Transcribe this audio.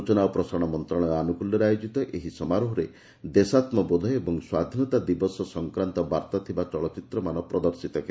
ସୂଚନା ଓ ପ୍ରସାରଣ ମନ୍ତଶାଳୟ ଆନୁକୁଲ୍ୟରେ ଆୟୋଜିତ ଏହି ସମାରୋହରେ ଦେଶାତ୍ମବୋଧ ଏବଂ ସ୍ୱାଧୀନତା ଦିବସ ସଂକ୍ରାନ୍ତ ବାର୍ତ୍ତା ଥିବା ଚଳଚିତ୍ରମାନ ପ୍ରଦର୍ଶିତ ହେବ